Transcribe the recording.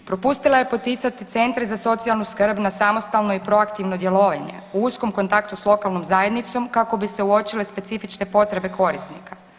Propustila je poticati centre za socijalnu skrb na samostalno i proaktivno djelovanje u uskom kontaktu s lokalnom zajednicom kako bi se uočile specifične potrebe korisnika.